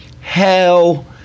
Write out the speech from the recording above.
Hell